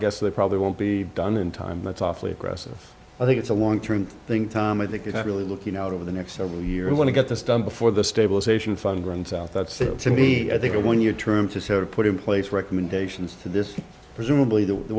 guess they probably won't be done in time that's awfully aggressive i think it's a long term thing tom i think it really looking out over the next several years we want to get this done before the stabilization fund runs out that's to me i think a one year term to sort of put in place recommendations to this presumably the